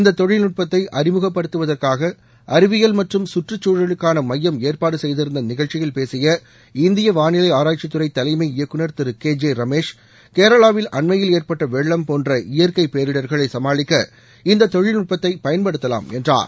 இந்த தொழில்நுட்பத்தை அறிமுகப்படுத்துவதற்காக அறிவியல் மற்றும் கற்றுச்சூழலுக்காள மையம் ஏற்பாடு செய்திருந்த நிகழ்ச்சியில் பேசிய இந்திய வாளிலை ஆராய்ச்சித்துறை தலைமை இயக்குநர் திரு கே ஜே ரமேஷ் கேரளாவில் அண்மையில் ஏற்பட்ட வெள்ளம் போன்ற இயற்கை பேரிடர்களை சமாளிக்க இந்த தொழில்நுட்பத்தை பயன்படுத்தலாம் என்றார்